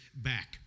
back